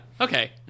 okay